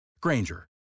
Granger